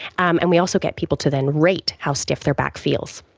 um and we also get people to then rate how stiff their back feels.